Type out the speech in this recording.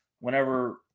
whenever –